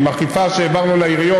ועם אכיפה שהעברנו לעיריות,